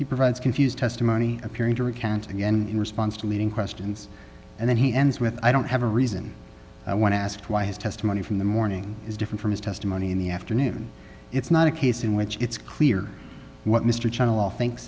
he provides confused testimony appearing to recant again in response to leading questions and then he ends with i don't have a reason i want to ask why his testimony from the morning is different from his testimony in the afternoon it's not a case in which it's clear what mr channel thinks